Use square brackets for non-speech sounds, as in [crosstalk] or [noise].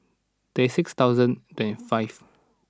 twenty six thousand [unintelligible] five